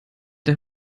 der